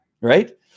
right